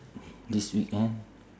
this weekend